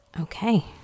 Okay